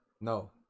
No